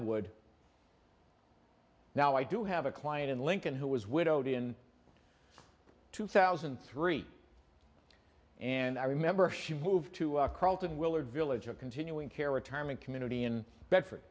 would now i do have a client in lincoln who was widowed in two thousand and three and i remember she moved to willard village of continuing care retirement community in bedford